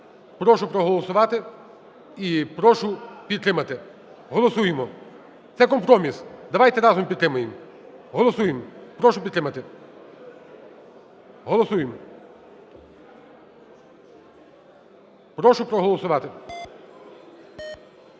Прошу проголосувати і прошу підтримати. Голосуємо. Це компроміс. Давайте разом підтримаємо. Голосуємо. Прошу підтримати. Голосуємо. Прошу проголосувати.